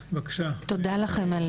תודה לכם על